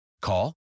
Call